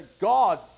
God